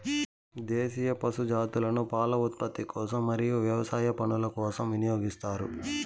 దేశీయ పశు జాతులను పాల ఉత్పత్తి కోసం మరియు వ్యవసాయ పనుల కోసం వినియోగిస్తారు